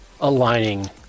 aligning